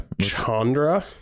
Chandra